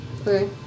Okay